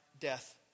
death